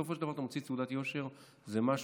בסופו של דבר כשאתה מוציא תעודת יושר זה משהו